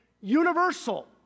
universal